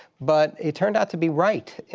but he turned out to be right.